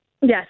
Yes